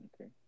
Okay